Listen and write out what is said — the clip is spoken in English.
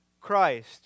Christ